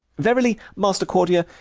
verily, master courtier,